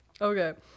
Okay